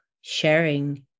sharing